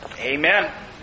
amen